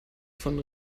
von